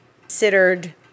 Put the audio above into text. considered